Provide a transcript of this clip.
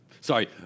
sorry